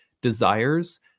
desires